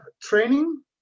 training